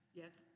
yes